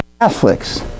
Catholics